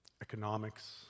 economics